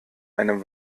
einem